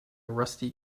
rusty